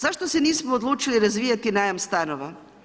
Zašto se nismo odlučili razvijati najam stanova?